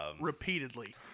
Repeatedly